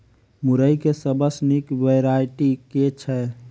मुरई केँ सबसँ निक वैरायटी केँ छै?